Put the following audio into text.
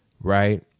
right